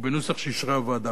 ובנוסח שאישרה הוועדה.